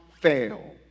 Fail